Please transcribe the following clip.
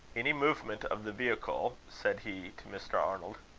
any movement of the vehicle? said he to mr. arnold.